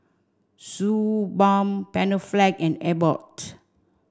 Suu Balm Panaflex and Abbott